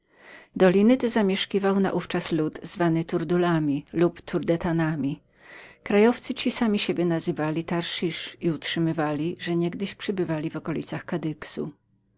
doliny te zamieszkiwał naówczas lud nazwany turdulami lub tardetanami krajowcy ci sami siebie nazywali tharszysz i utrzymywali że niegdyś przebywali w okolicach